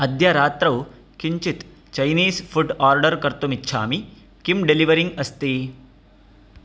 अद्य रात्रौ किञ्चित् चैनीस् फ़ुड् आर्डर् कर्तुमिच्छामि किं डेलिवरिङ्ग् अस्ति